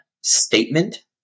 statement